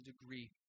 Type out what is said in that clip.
degree